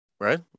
right